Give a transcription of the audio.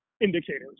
indicators